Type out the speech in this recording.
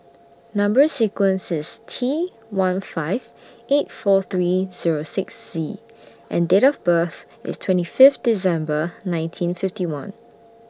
Number sequence IS T one five eight four three Zero six Z and Date of birth IS twenty Fifth December nineteen fifty one